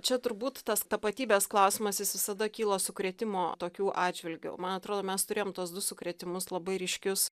čia turbūt tas tapatybės klausimas jis visada kilo sukrėtimo tokių atžvilgiu man atrodo mes turėjom tuos du sukrėtimus labai ryškius